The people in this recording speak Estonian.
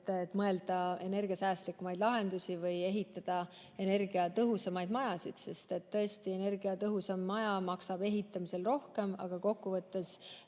teha energiasäästlikumaid lahendusi või ehitada energiatõhusamaid majasid. Sest tõesti energiatõhusam maja maksab ehitamisel rohkem, aga kokkuvõttes võib